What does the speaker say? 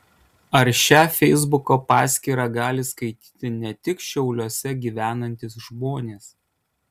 ar šią feisbuko paskyrą gali skaityti ne tik šiauliuose gyvenantys žmonės